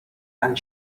and